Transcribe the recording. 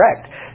correct